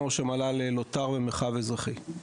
לוט"ר ומרחב אזרחי.